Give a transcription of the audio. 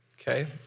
Okay